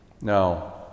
Now